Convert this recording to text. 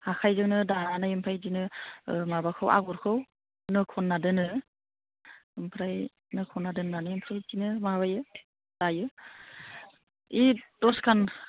आखायजोंनो दानानै ओमफ्राय बिदिनो माबाखौ आगरखौ नो खन्ना दोनो ओमफ्राय नो खन्ना दोननानै ओमफ्राय बिदिनो माबायो दायो बे दसखान